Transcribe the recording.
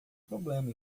problema